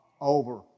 over